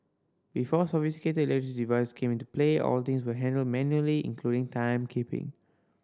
before sophisticated device came into play all things were handled manually including timekeeping